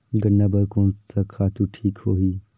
गन्ना बार कोन सा खातु ठीक होही?